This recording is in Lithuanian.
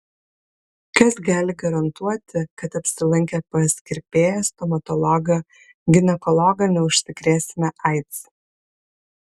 kas gali garantuoti kad apsilankę pas kirpėją stomatologą ginekologą neužsikrėsime aids